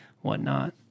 whatnot